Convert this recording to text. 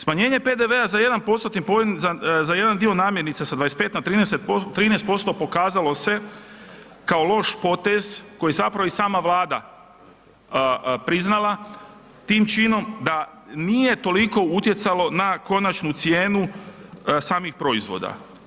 Smanjenje PDV-a za 1 postotni poen za jedan dio namirnica sa 25 na 13% pokazalo se kao loš potez koji zapravo i sama Vlada priznala, tim činom da nije toliko utjecalo na konačnu cijenu samih proizvoda.